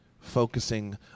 focusing